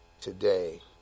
today